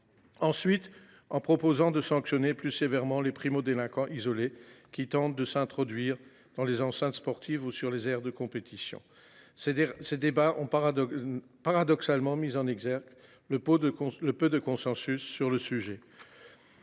nous avons proposé de sanctionner plus sévèrement les primo délinquants isolés qui tentent de s’introduire dans les enceintes sportives ou sur les aires de compétition. Ces débats ont paradoxalement mis en exergue l’absence de consensus sur ce sujet.